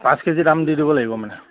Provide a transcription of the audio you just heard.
পাঁচ কেজি দাম দি দিব লাগিব মানে